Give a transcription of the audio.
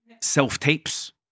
self-tapes